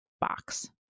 box